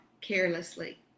carelessly